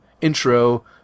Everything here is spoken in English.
intro